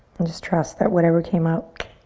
and just trust that whatever came up,